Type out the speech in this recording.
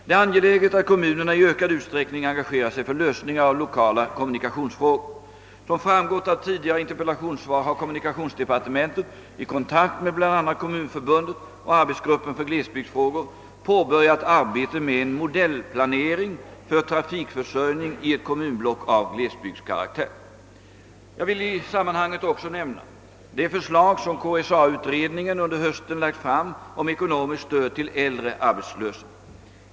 Det är angeläget att kommunerna i ökad utsträckning engagerar sig för lösningar av lokala kommunikationsfrågor. Som framgått av tidigare interpellationssvar har kommunikationsdepartementet i kontakt med bl.a. Kommunförbundet och arbetsgruppen för glesbygdsfrågor påbörjat arbetet med en modellplanering för trafikförsörjning i ett kommunblock av glesbygdskaraktär. Jag vill i sammanhanget också nämna det förslag som KSA-utredningen under hösten lagt fram om ekonomiskt stöd till äldre arbetslösa.